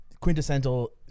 quintessential